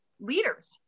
leaders